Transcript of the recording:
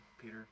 Peter